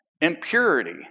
impurity